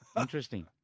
interesting